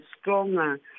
stronger